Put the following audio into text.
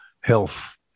health